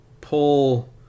pull